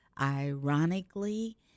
Ironically